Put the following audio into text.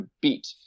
beat